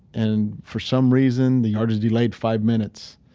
and for some reason, the yard is delayed five minutes.